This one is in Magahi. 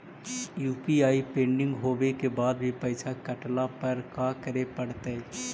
यु.पी.आई पेंडिंग होवे के बाद भी पैसा कटला पर का करे पड़तई?